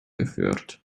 geführt